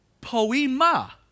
Poema